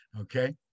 Okay